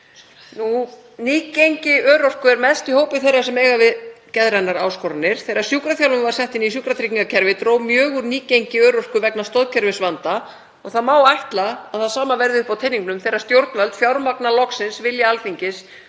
Nýgengi örorku er mest í hópi þeirra sem eiga við geðrænar áskoranir. Þegar sjúkraþjálfun var sett inn í sjúkratryggingakerfið dró mjög úr nýgengi örorku vegna stoðkerfisvanda og það má ætla að það sama verði uppi á teningnum þegar stjórnvöld fjármagna loksins vilja Alþingis